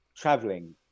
traveling